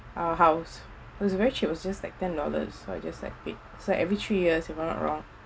our house was very cheap was just like ten dollars so I just like paid so every three years if I'm not wrong